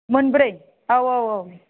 मोनब्रै औ औ औ